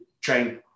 train